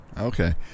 Okay